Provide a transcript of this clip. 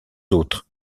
autres